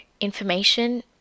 information